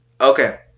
Okay